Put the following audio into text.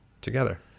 together